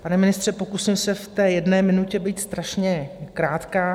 Pane ministře, pokusím se v té jedné minutě být strašně krátká.